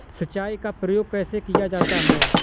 सिंचाई का प्रयोग कैसे किया जाता है?